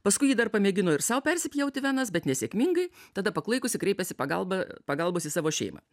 paskui ji dar pamėgino ir sau persipjauti venas bet nesėkmingai tada paklaikusi kreipėsi pagalbą pagalbos į savo šeimą